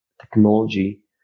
technology